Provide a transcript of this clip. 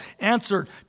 answered